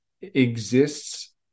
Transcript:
exists